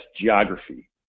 geography